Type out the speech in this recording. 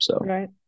Right